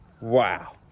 Wow